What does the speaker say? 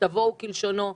ככתבו וכלשונו,